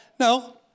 No